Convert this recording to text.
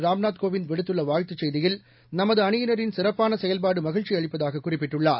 ராம்நாத் கோவிந்த விடுத்துள்ள வாழ்த்துக் செய்தியில் நமது அணியினரின் சிறப்பான செயல்பாடு மகிழ்ச்சி அளிப்பதாக குறிப்பிட்டுள்ளார்